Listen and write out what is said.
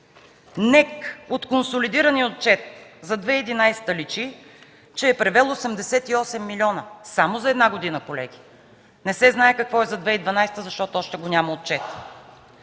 НЕК от консолидирания отчет за 2011 г. личи, че е привел 88 милиона само за една година, колеги! Не се знае какво е за 2012 г., защото още го няма отчета.